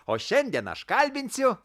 o šiandien aš kalbinsiu